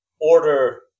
order